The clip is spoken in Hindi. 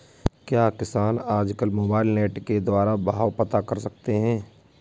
क्या किसान आज कल मोबाइल नेट के द्वारा भाव पता कर सकते हैं?